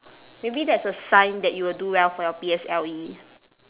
maybe that's a sign that you will do well for your P_S_L_E